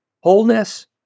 wholeness